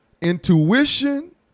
Intuition